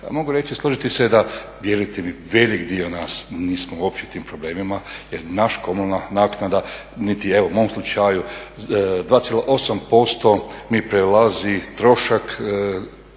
mogu reći i složiti se da, vjerujte mi, veliki dio nas nismo uopće u tim problemima jer naša komunalna naknada niti evo u mom slučaju 2,8% mi prelazi trošak